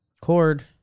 Cord